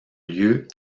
lieu